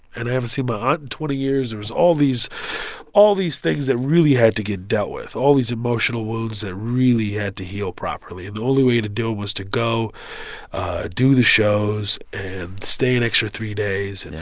and i haven't seen my aunt in twenty years. there was all these all these things that really had to get dealt with, all these emotional wounds that really had to heal properly and the only way to deal was to go do the shows and stay an extra three days,